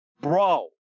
Bro